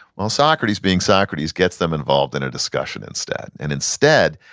well, socrates being socrates gets them involved in a discussion instead and instead,